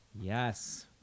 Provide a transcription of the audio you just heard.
Yes